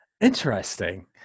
Interesting